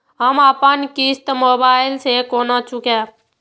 हम अपन किस्त मोबाइल से केना चूकेब?